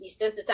desensitize